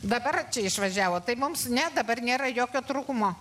dabar čia išvažiavo tai mums ne dabar nėra jokio trūkumo